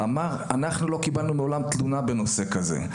אמר: אנחנו מעולם לא קיבלנו תלונה בנושא כזה.